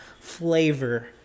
flavor